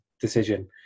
decision